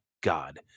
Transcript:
God